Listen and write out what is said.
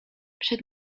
przed